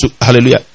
Hallelujah